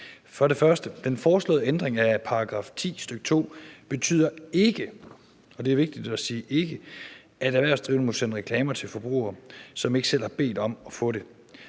Punkt 1: Den foreslåede ændring af § 10, stk. 2, betyder ikke – og det er vigtigt at sige »ikke« – at erhvervsdrivende må sende reklamer til forbrugere, som ikke selv har bedt om at få dem.